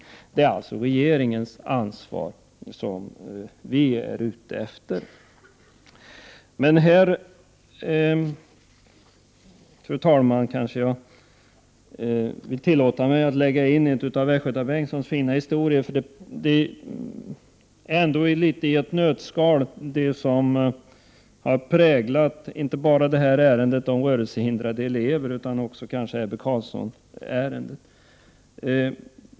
Det handlar alltså om regeringens ansvar. Fru talman! Här passar kanske en av Västgötabengtssons fina historier in. Historien återspeglar i ett nötskal det som har präglat inte bara frågan om rörelsehindrade elever utan kanske också Ebbe Carlsson-ärendet.